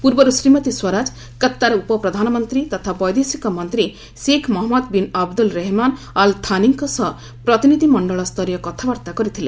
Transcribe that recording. ପୂର୍ବରୁ ଶ୍ରୀମତୀ ସ୍ୱରାଜ କତାର ଉପପ୍ରଧାନମନ୍ତୀ ତଥା ବୈଦେଶିକ ମନ୍ତ୍ରୀ Sheikh Mohammed bin Abdul Rahman Al ଥାନିଙ୍କ ସହ ପ୍ରତିନିଧି ମଣ୍ଡଳସ୍ତରୀୟ କଥାବାର୍ତ୍ତା କରିଥିଲେ